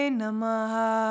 namaha